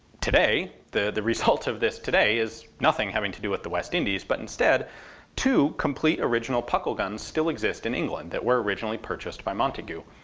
the the result of this today is nothing having to do with the west indies, but instead two complete original puckle guns still exist in england that were originally purchased by montagu.